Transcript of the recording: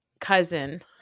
cousin